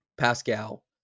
Pascal